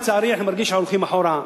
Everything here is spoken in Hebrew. לצערי אני מרגיש שאנחנו הולכים אחורה.